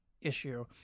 issue